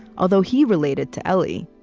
although, he related to ellie.